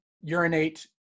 urinate